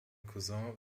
cousin